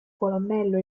colonnello